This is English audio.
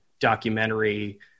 documentary